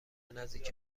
نزدیک